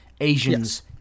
Asians